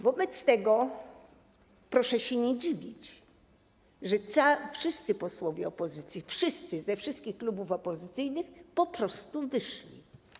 Wobec tego proszę się nie dziwić, że wszyscy posłowie opozycji, wszyscy ze wszystkich klubów opozycyjnych po prostu wyszli.